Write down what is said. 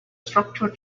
structure